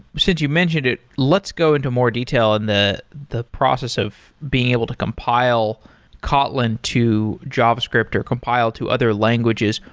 since you mentioned it, let's go into more detail and in the process of being able to compile kotlin to javascript or compile to other languages.